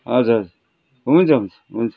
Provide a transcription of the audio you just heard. हजर हुन्छ हुन्छ हुन्छ